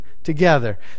Together